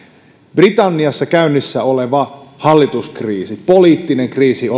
britanniassa käynnissä oleva hallituskriisi poliittinen kriisi